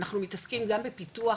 אנחנו מתעסקים גם בפיתוח,